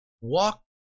walk